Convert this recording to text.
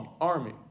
army